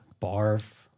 Barf